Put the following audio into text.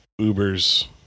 Ubers